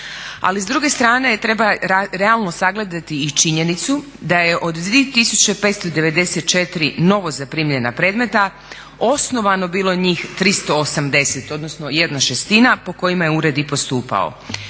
ali s druge strane treba realno sagledati i činjenicu da je od 2594 novo zaprimljena predmeta osnovano bilo njih 380, odnosno 1/6 po kojima je ured i postupao.